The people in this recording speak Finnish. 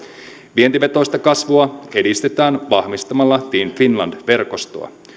vientivetoista kasvua edistetään vahvistamalla team finland verkostoa